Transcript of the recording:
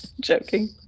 Joking